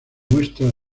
muestras